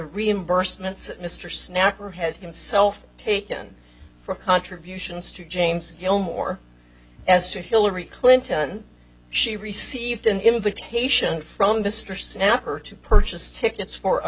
reimbursements mr snacker had himself taken for contributions to james gilmore as to hillary clinton she received an invitation from mr snapper to purchase tickets for a